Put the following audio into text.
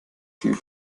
viel